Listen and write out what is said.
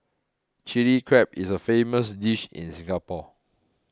Chilli Crab is a famous dish in Singapore